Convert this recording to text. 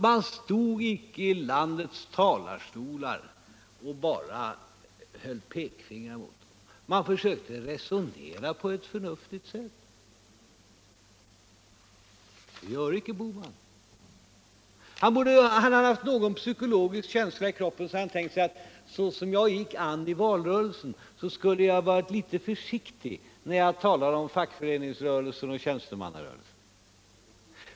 Vi stod inte i landets talarstotar och höll upp pekfingrar. Vi försökte resonera på et förnuftigt sätt. Det gör icke Bohman. Hade han haft någon psykologisk känsla i kroppen borde han ha tänkt: Så som jag gick an i valrörelsen borde jag vara litet försiktig när jag talar om fackföreningsrörelsen och tjänstemannarörelsen.